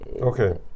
Okay